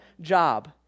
job